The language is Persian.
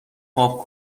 پاپ